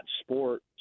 sport